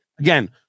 Again